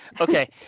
Okay